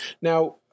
Now